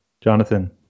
Jonathan